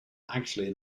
actually